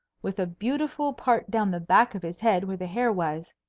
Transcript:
with a beautiful part down the back of his head where the hair was.